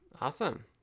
awesome